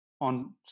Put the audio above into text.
on